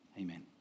Amen